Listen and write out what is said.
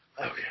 Okay